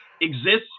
exists